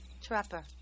trapper